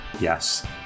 Yes